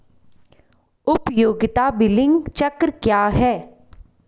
उपयोगिता बिलिंग चक्र क्या है?